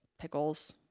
Pickles